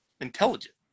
intelligent